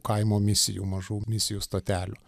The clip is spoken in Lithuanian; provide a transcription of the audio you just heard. kaimo misijų mažų misijų stotelių